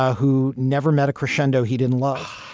who never met a crescendo he didn't love.